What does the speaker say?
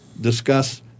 discuss